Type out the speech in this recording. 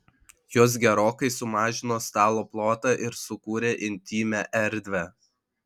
jos gerokai sumažino stalo plotą ir sukūrė intymią erdvę